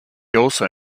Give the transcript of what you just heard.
also